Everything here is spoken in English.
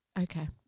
Okay